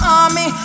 army